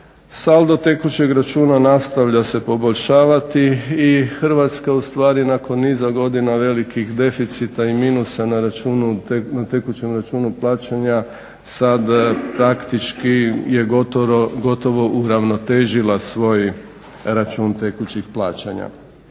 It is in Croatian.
saldo tekućeg računa nastavlja se poboljšavati i Hrvatska ustvari nakon niza godina velikih deficita i minusa na računu, na tekućem računu plaćanja sad praktički je gotovo uravnotežila svoj račun tekućih plaćanja.